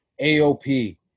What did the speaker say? AOP